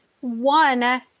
one